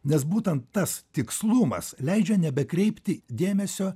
nes būtent tas tikslumas leidžia nebekreipti dėmesio